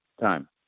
time